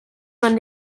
man